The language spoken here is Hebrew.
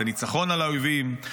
את הניצחון על האויבים,